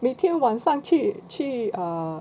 每天晚上去去 err